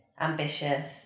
Ambitious